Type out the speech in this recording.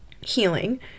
healing